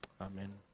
amen